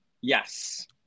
yes